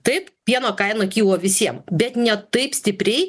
taip pieno kaina kilo visiem bet ne taip stipriai